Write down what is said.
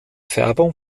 färbung